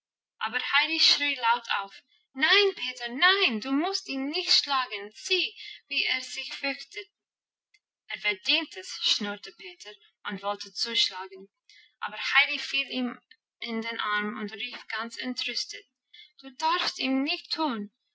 aber heidi schrie laut auf nein peter nein du musst ihn nicht schlagen sieh wie er sich fürchtet er verdient's schnurrte peter und wollte zuschlagen aber heidi fiel ihm in den arm und rief ganz entrüstet du darfst ihm nichts tun